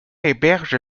héberge